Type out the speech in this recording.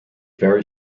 very